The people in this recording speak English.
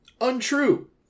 Untrue